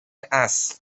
اصل